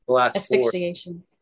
Asphyxiation